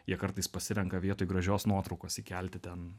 jie kartais pasirenka vietoj gražios nuotraukos įkelti ten